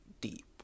deep